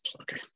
Okay